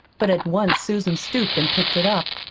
but at once susan stooped and picked it up.